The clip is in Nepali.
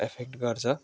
एफेक्ट गर्छ